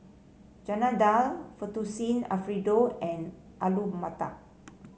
Chana Dal Fettuccine Alfredo and Alu Matar